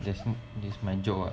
there's this man